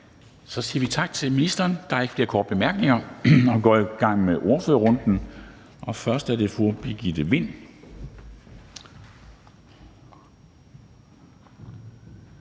Så siger vi tak til ministeren. Der er ikke flere korte bemærkninger. Vi går i gang med ordførerrunden, og først er det fru Birgitte Vind,